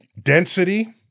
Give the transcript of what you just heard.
density